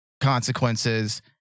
consequences